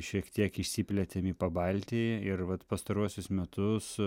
šiek tiek išsiplėtėm į pabaltijį ir vat pastaruosius metus